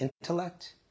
intellect